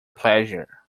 pleasure